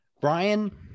Brian